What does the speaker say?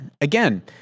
again